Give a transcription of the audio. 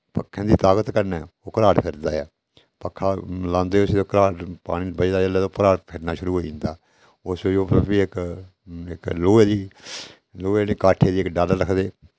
पक्खें दी ताकत कन्नै ओह् घराट फिरदा ऐ पक्खा लांदे उसी ते घराट पानी बजदा जिसलै ते उप्परा फिरना शुरू होई जंदा उसदे उप्पर फ्ही इक इक लोहे दी लोहे दी काठी दी इक डल्ल रखदे